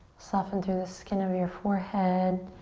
soften through the skin of your forehead.